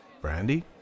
Brandy